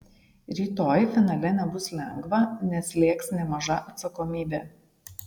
rytoj finale nebus lengva nes slėgs nemaža atsakomybė